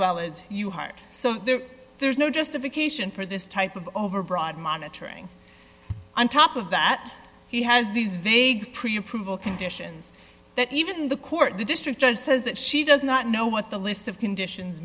well as you heart so there's no justification for this type of overbroad monitoring on top of that he has these vague pre approval conditions that even the court the district judge says that she does not know what the list of conditions